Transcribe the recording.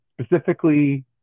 specifically